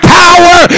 power